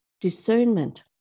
discernment